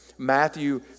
Matthew